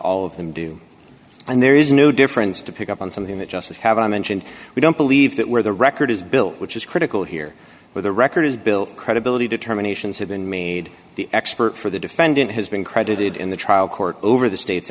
all of them do and there is no difference to pick up on something that just as have i mentioned we don't believe that where the record is built which is critical here where the record is built credibility determinations have been made the expert for the defendant has been credited in the trial court over the state